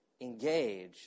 engage